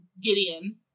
Gideon